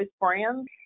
brands